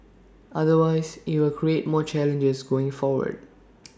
otherwise IT will create more challenges going forward